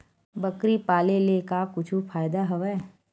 बकरी पाले ले का कुछु फ़ायदा हवय?